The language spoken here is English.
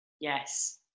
yes